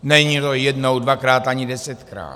Není to jednou, dvakrát ani desetkrát.